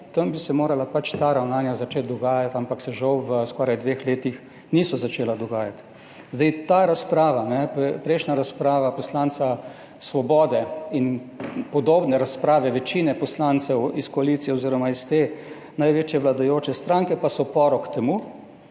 Tam bi se morala pač ta ravnanja začeti dogajati, ampak se žal v skoraj dveh letih niso začela dogajati. Ta razprava, prejšnja razprava poslanca Svobode in podobne razprave večine poslancev iz koalicije oziroma iz te največje vladajoče stranke, pa so porok temu,